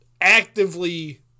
actively